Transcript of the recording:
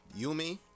Yumi